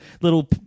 little